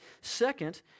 Second